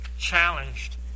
challenged